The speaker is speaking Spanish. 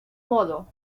modo